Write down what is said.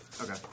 Okay